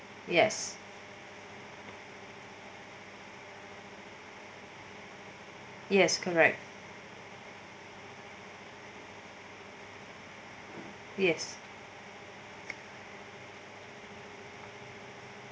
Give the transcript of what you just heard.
yes yes correct yes